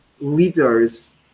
leaders